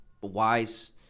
wise